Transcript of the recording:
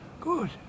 Good